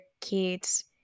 kids